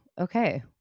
Okay